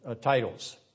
titles